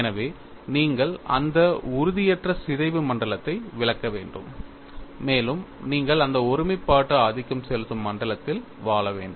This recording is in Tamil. எனவே நீங்கள் அந்த உறுதியற்ற சிதைவு மண்டலத்தை விலக்க வேண்டும் மேலும் நீங்கள் அந்த ஒருமைப்பாடு ஆதிக்கம் செலுத்தும் மண்டலத்தில் வாழ வேண்டும்